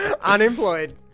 Unemployed